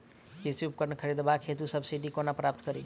कृषि उपकरण खरीदबाक हेतु सब्सिडी कोना प्राप्त कड़ी?